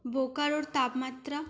বোকারোর তাপমাত্রা